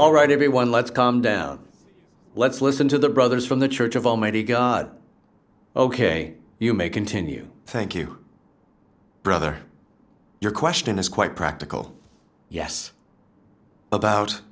all right everyone let's calm down let's listen to the brothers from the church of almighty god ok you may continue thank you brother your question is quite practical yes about